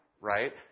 right